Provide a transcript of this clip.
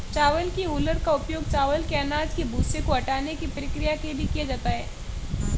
चावल की हूलर का उपयोग चावल के अनाज के भूसे को हटाने की प्रक्रिया के लिए किया जाता है